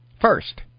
First